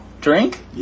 Drink